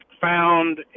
found